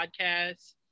podcast